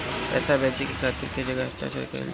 पैसा भेजे के खातिर कै जगह हस्ताक्षर कैइल जाला?